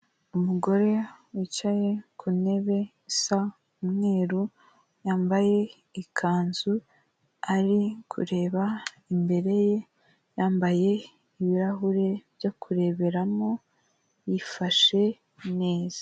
Umugore wicaye ku ntebe isa umweru, yambaye ikanzu ari kureba imbere ye yambaye ibirahure byo kureberamo yifashe neza.